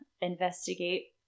investigate